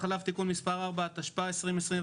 כמה השפעה יש למחיר המטרה על העלייה במחיר המוצרים?